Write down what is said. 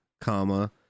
comma